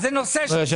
תקנות מס ערך מוסף (הוראת שעה) (תיקון),